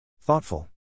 Thoughtful